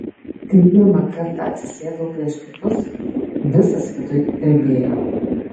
kai pirmą kartą atsisėdau prieš kitus visas viduj drebėjau